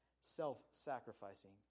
self-sacrificing